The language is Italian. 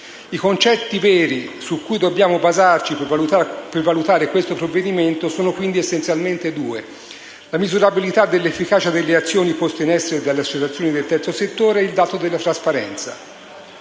I concetti veri su cui dobbiamo basarci per valutare il provvedimento in esame sono quindi essenzialmente due: la misurabilità dell'efficacia delle azioni poste in essere dalle associazioni del terzo settore e il dato della trasparenza.